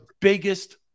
biggest